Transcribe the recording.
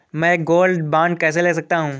मैं gold bond कैसे ले सकता हूँ?